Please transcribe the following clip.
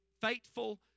faithful